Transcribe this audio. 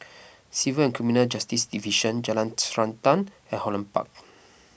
Civil and Criminal Justice Division Jalan Srantan and Holland Park